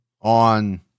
on